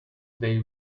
they